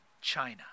china